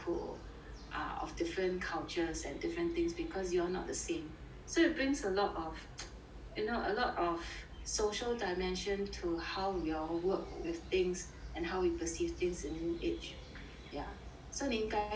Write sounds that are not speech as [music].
are of different cultures and different things because you are not the same so it brings a lot of [noise] you know a lot of social dimension to how we all work with things and how we perceive things in new age yeah so 你应该看 eh